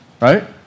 Right